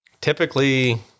Typically